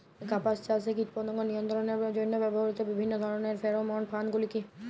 কাপাস চাষে কীটপতঙ্গ নিয়ন্ত্রণের জন্য ব্যবহৃত বিভিন্ন ধরণের ফেরোমোন ফাঁদ গুলি কী?